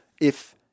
if-